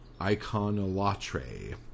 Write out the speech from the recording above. Iconolatre